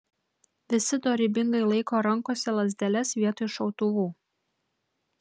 visi dorybingai laiko rankose lazdeles vietoj šautuvų